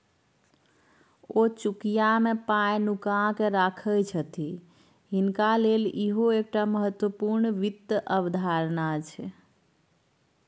ओ चुकिया मे पाय नुकाकेँ राखय छथि हिनका लेल इहो एकटा महत्वपूर्ण वित्त अवधारणा छै